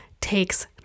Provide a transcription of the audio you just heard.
takes